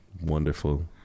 Wonderful